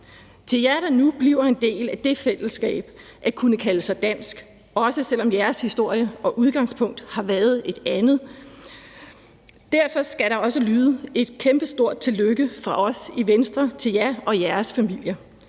Til jer, der nu bliver en del af det fællesskab at kunne kalde sig dansk, også selv om jeres historie og udgangspunkt har været et andet, skal der lyde et kæmpestort tillykke fra os i Venstre – til jer og jeres familier.